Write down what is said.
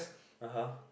(uh huh)